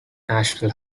national